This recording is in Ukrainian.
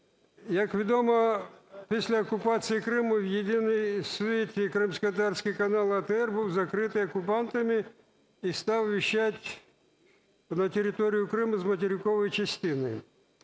як відомо, після окупації Криму єдиний в світі кримськотатарський канал АТR був закритий окупантами і став вещать на території Криму з материкової частини